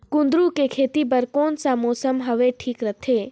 कुंदूरु के खेती बर कौन सा मौसम हवे ठीक रथे?